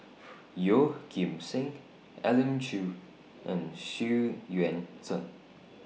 Yeoh Ghim Seng Elim Chew and Xu Yuan Zhen